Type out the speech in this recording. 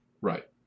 Right